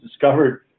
discovered